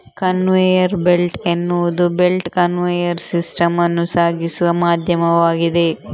conveyor belt ಎನ್ನುವುದು belt conveyor system ಅನ್ನು ಸಾಗಿಸುವ ಮಾಧ್ಯಮವಾಗಿದೆ